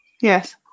yes